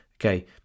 okay